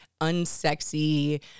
unsexy